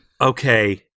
Okay